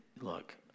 look